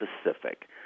specific